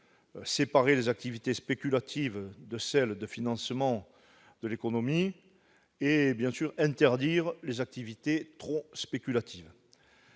séparer les activités spéculatives et celles de financement de l'économie ; interdire les activités trop spéculatives.